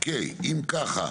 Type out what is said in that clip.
אוקיי, אם ככה,